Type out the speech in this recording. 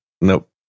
nope